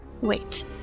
Wait